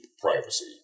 privacy